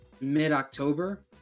mid-October